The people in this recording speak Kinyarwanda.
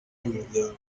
y’umuryango